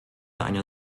eine